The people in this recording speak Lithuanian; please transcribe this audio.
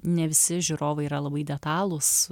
ne visi žiūrovai yra labai detalūs